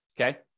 okay